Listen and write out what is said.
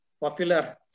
popular